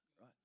right